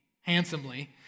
handsomely